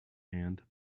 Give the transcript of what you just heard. and